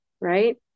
right